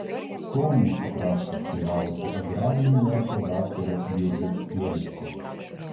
to mūsų kraštas teiravosi agrarinių mokslų daktaro jurgio chlevicko